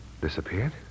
Disappeared